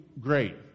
great